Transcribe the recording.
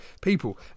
people